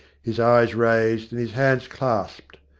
his eyes raised and his hands clasped.